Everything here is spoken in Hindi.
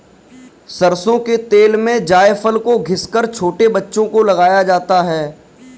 सरसों के तेल में जायफल को घिस कर छोटे बच्चों को लगाया जाता है